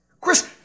Chris